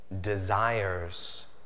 desires